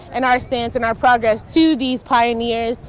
and our stance and our progress to these pioneers.